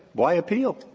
why appeal?